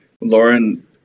Lauren